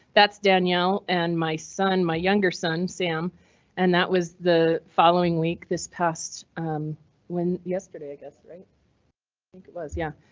that's danielle ann, my son, my younger son sam and that was the following week this past when yesterday. i guess right. i think it was, yeah.